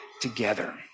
together